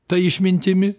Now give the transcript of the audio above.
ta išmintimi